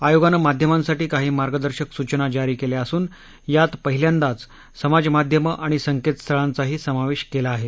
आयोगानं माध्यमांसाठी काही मार्गदर्शक सूचना जारी केल्या असून यात पहिल्यांदाच समाजमाध्यमं आणि संकेतस्थळांचाही समावेश केला आहे